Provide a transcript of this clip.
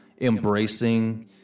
embracing